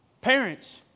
Parents